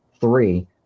three